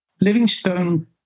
Livingstone